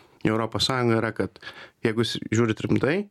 į europos sąjungą yra kad jeigu jūs žiūrit rimtai